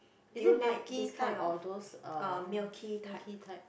is it milky type or those um milky type